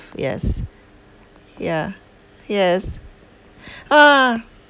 yes yeah yes ah